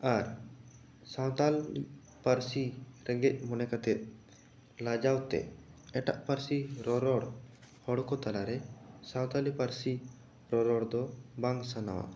ᱟᱨ ᱥᱟᱱᱛᱟᱲ ᱯᱟᱹᱨᱥᱤ ᱨᱮᱸᱜᱮᱡ ᱢᱚᱱᱮ ᱠᱟᱛᱮ ᱞᱟᱡᱟᱣ ᱛᱮ ᱮᱴᱟᱜ ᱯᱟᱹᱨᱥᱤ ᱨᱚᱨᱚᱲ ᱦᱚᱲ ᱠᱚ ᱛᱟᱞᱟ ᱨᱮ ᱥᱟᱱᱛᱟᱲᱤ ᱯᱟᱹᱨᱥᱤ ᱨᱚᱨᱚᱲ ᱫᱚ ᱵᱟᱝ ᱥᱟᱱᱟᱣᱟ